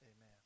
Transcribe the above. amen